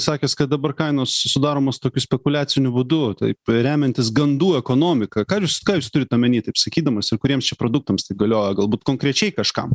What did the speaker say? sakęs kad dabar kainos sudaromos tokiu spekuliaciniu būdu taip remiantis gandų ekonomika ką jūs ką jūs turit omeny taip sakydamas ir kuriems čia produktams tai galioja galbūt konkrečiai kažkam